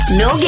no